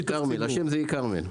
כשאתה מבקש ממנו.